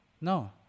no